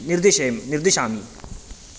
निर्दिशे निर्दिशामि